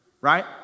right